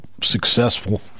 successful